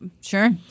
sure